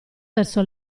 verso